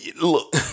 Look